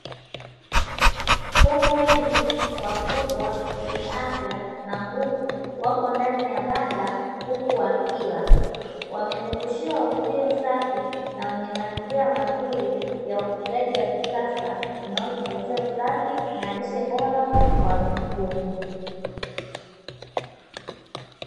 Kuku wengi wakubwa wenye afya na nguvu, wapo ndani ya banda huku wakila. Wamezungushiwa uzio safi na wenye mazingira mazuri ya ufugaji wa kisasa, unaozingatia usafi na lishe bora kwa mifugo hii.